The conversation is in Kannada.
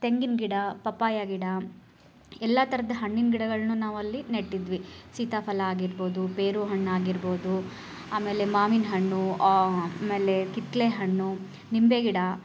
ತೆಂಗಿನ ಗಿಡ ಪಪ್ಪಾಯ ಗಿಡ ಎಲ್ಲ ಥರದ ಹಣ್ಣಿನ ಗಿಡಗಳನ್ನು ನಾವಲ್ಲಿ ನೆಟ್ಟಿದ್ವಿ ಸೀತಾಫಲ ಆಗಿರ್ಬೋದು ಬೇರು ಹಣ್ಣೂ ಆಗಿರ್ಬೋದು ಆಮೇಲೆ ಮಾವಿನ ಹಣ್ಣು ಆಮೇಲೆ ಕಿತ್ತಲೆ ಹಣ್ಣು ನಿಂಬೆ ಗಿಡ